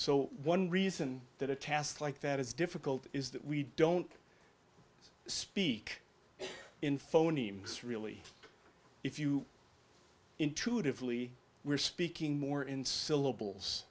so one reason that a task like that is difficult is that we don't speak in phonemes really if you intuitively we're speaking more in syllables